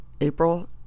April